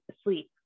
sleep